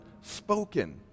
spoken